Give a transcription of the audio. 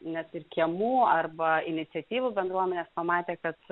net ir kiemų arba iniciatyvų bendruomenės pamatė kad